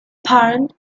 parent